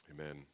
Amen